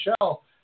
Michelle